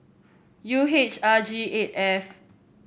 U H R G eight F